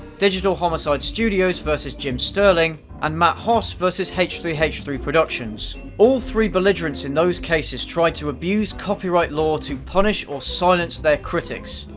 digital homicide studios vs. jim sterling, and matt hoss vs. h three h three productions. all three belligerents in those cases tried to abuse copyright law to punish or silence their critics,